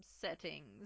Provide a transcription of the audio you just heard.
settings